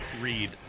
read